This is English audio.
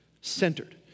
Centered